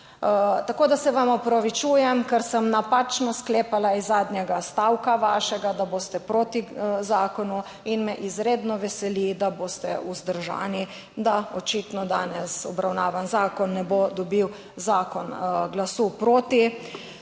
Tako, da se vam opravičujem, ker sem napačno sklepala iz zadnjega stavka vašega, da boste proti. Zakonu in me izredno veseli, da boste vzdržani, da očitno danes obravnavani zakon ne bo dobil glasu proti,